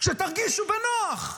שתרגישו בנוח,